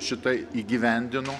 šitai įgyvendino